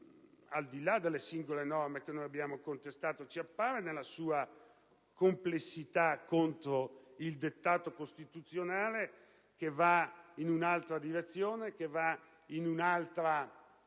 al di là delle singole norme che abbiamo contestato, ci appare nel suo complesso contro il dettato costituzionale, che va in un'altra direzione, che segue altre